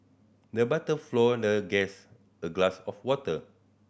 the butler the guest a glass of water